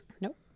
Nope